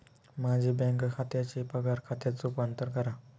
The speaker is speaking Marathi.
माझे बँक खात्याचे पगार खात्यात रूपांतर करा